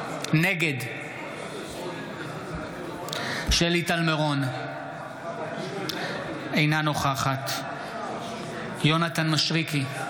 נגד שלי טל מירון, אינה נוכחת יונתן מישרקי,